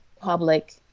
public